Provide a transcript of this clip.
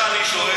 זה מה שאני טוען,